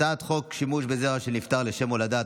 הצעת חוק שימוש בזרע של נפטר לשם הולדה,